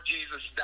Jesus